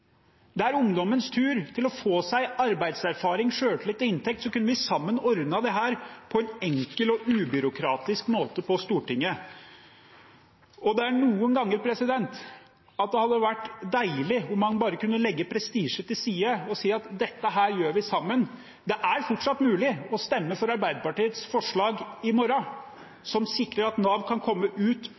det ungdommens tur, at det er ungdommens tur til å få seg arbeidserfaring, selvtillit og inntekt, så kunne vi sammen ordnet dette på en enkel og ubyråkratisk måte på Stortinget. Det er noen ganger det hadde vært deilig om man bare kunne legge prestisje til side og si at dette gjør vi sammen. Det er fortsatt mulig å stemme for Arbeiderpartiets forslag i morgen, som sikrer at Nav kan komme ut